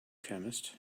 chemist